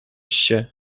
się